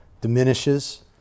diminishes